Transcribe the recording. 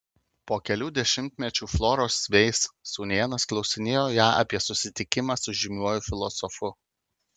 po kelių dešimtmečių floros veis sūnėnas klausinėjo ją apie susitikimą su žymiuoju filosofu